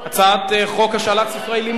הצעת חוק השאלת ספרי לימוד